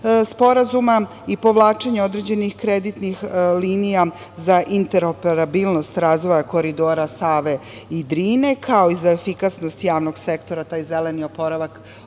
Sporazuma i povlačenje određenih kreditnih linija za interoperabilnost razvoja Koridora Save i Drine, kao i za efikasnost javnog sektora, taj zeleni oporavak,